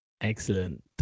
Excellent